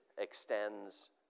extends